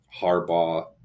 Harbaugh